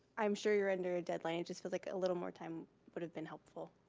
i'm sure you're under a deadline, it just feels like a little more time would have been helpful.